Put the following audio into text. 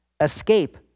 escape